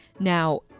Now